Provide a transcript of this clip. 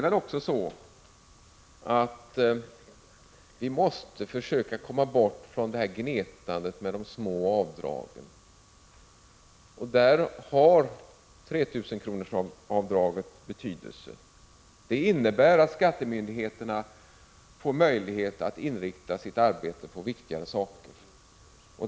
Vi måste också försöka komma bort från gnetandet med de små avdragen, och därvidlag har avdraget på 3 000 kr. betydelse. Det innebär att skattemyndigheterna får möjlighet att inrikta sitt arbete på viktigare saker.